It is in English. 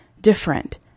Different